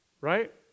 right